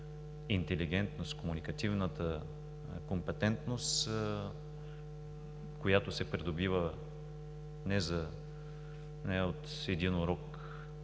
интелигентност, комуникативната компетентност, която се придобива не от един урок,